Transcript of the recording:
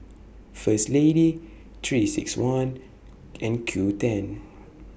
First Lady three six one and Qoo ten